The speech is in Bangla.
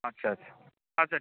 আচ্ছা আচ্ছা আচ্ছা